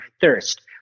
thirst